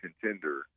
contender